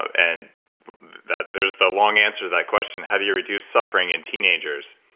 and that, there's the long answer to that question, how do you reduce suffering in teenagers?